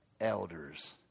elders